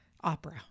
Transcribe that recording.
Opera